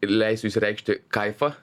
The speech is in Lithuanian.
leisiu išsireikšti kaifą